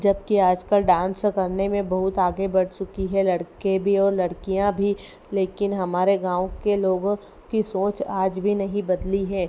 जबकि आजकल डान्स करने में बहुत आगे बढ़ चुकी है लड़के भी और लड़कियाँ भी लेकिन हमारे गाँव के लोगों की सोच आज भी नहीं बदली है